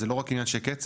זה לא רק עניין של קצב,